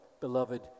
beloved